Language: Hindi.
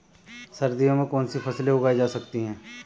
सर्दियों में कौनसी फसलें उगाई जा सकती हैं?